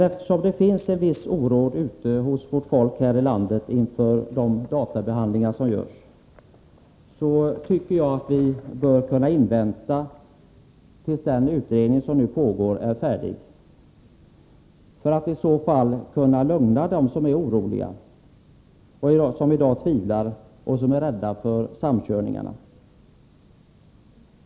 Eftersom det finns en viss oro bland människorna ute i landet inför de databehandlingar som görs, tycker jag att vi bör kunna vänta till dess den utredning som nu pågår är färdig, för att lugna dem som är oroliga och som är rädda för samkörningarna.